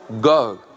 go